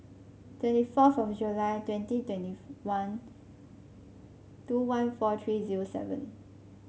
twenty four of July twenty twenty one two one four three zero seven